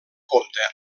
compta